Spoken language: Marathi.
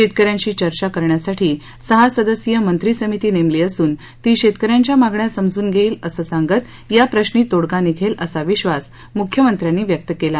शेतक यांशी चर्चा करण्यासाठी सहा सदस्यिय मंत्री समिती नेमली असून ती शेतक यांच्या मागण्या समजून घेईल असं सांगत याप्रश्नी तोडगा निघेल असा विधास मुख्यमंत्र्यांनी व्यक्त केला